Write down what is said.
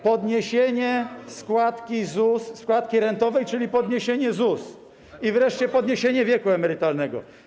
podniesienie składki ZUS, składki rentowej, czyli podniesienie ZUS, i wreszcie podniesienie wieku emerytalnego.